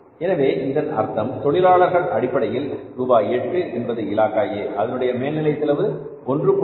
எனவே இதன் அர்த்தம் தொழிலாளர்கள் அடிப்படையில் ரூபாய் 8 என்பது இலாகா A அதனுடைய மேல் நிலை செலவு 1